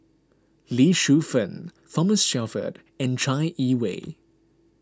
Lee Shu Fen Thomas Shelford and Chai Yee Wei